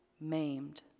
maimed